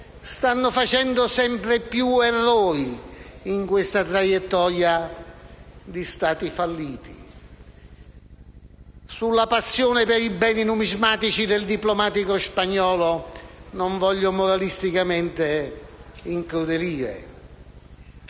stanno facendo sempre più errori in questa traiettoria di Stati falliti. Sulla passione per i beni numismatici del diplomatico spagnolo non voglio moralisticamente incrudelire,